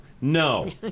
No